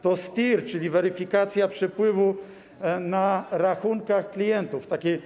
To STIR, czyli weryfikacja przepływów na rachunkach klientów, taki